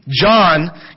John